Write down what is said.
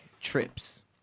trips